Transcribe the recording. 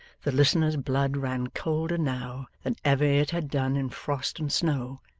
the listener's blood ran colder now than ever it had done in frost and snow,